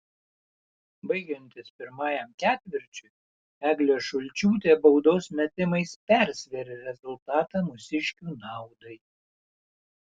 baigiantis pirmajam ketvirčiui eglė šulčiūtė baudos metimais persvėrė rezultatą mūsiškių naudai